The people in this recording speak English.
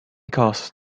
caste